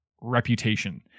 reputation